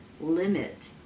limit